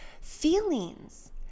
feelings